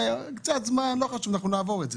קצת זמן, לא חשוב, אנחנו נעבור את זה.